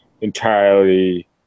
entirely